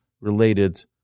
related